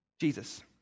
Jesus